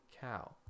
cow